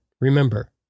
remember